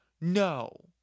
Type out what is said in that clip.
no